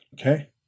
okay